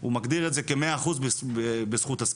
הוא מגדיר את זה כמאה אחוז בזכות הספורט.